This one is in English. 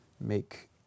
make